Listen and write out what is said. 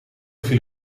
viel